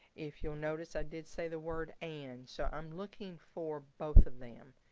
if you'll notice i did say the word and so i'm looking for both of them,